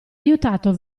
aiutato